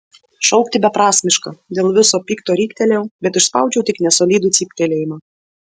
šaukti beprasmiška dėl viso pikto riktelėjau bet išspaudžiau tik nesolidų cyptelėjimą